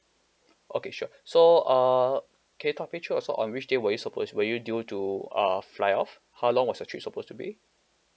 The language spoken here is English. okay sure so err can you talk me through also on which day were you supposed were you due to uh fly off how long was your trip supposed to be